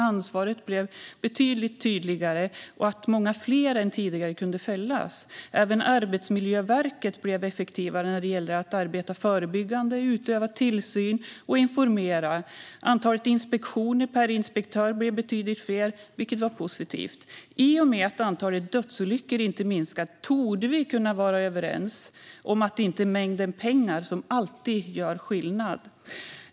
Ansvaret blev betydligt tydligare, och många fler än tidigare kunde fällas. Även Arbetsmiljöverket blev effektivare med att arbeta förebyggande, utöva tillsyn och informera. Antalet inspektioner per inspektör blev betydligt fler, vilket var positivt. I och med att antalet dödsolyckor inte minskat torde vi kunna vara överens om att mängden pengar inte alltid är det som gör skillnad.